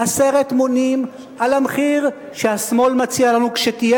עשרת מונים על המחיר שהשמאל מציע לנו כשתהיה,